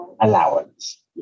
allowance